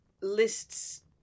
lists